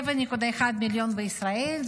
7.1 מיליון בישראל,